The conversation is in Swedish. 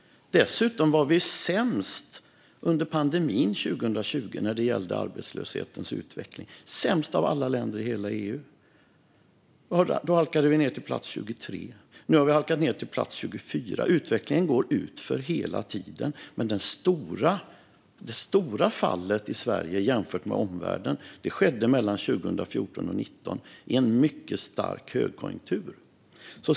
Dessutom var Sverige sämst under pandemin 2020 när det gällde utvecklingen av arbetslösheten. Det var sämst av alla länder i hela EU. Då halkade Sverige ned till plats 23, och nu har vi halkat ned till plats 24. Utvecklingen går utför hela tiden, men det stora fallet i Sverige jämfört med omvärlden skedde mellan 2014 och 2019 i en mycket stark högkonjunktur.